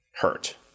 hurt